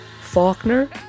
faulkner